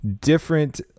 different